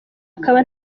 hakaba